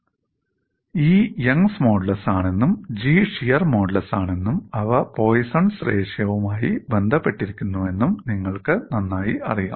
E Young's modulus ആണെന്നും G shear modulus ആണെന്നും അവ പോയിസ്സോൻസ് റേഷിയോവുമായി ബന്ധപ്പെട്ടിരിക്കുന്നുവെന്നും നിങ്ങൾക്ക് നന്നായി അറിയാം